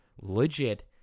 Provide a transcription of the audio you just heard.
Legit